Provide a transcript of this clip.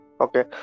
Okay